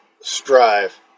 strive